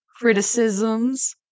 criticisms